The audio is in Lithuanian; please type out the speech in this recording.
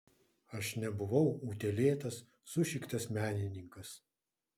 aš nebuvau utėlėtas sušiktas menininkas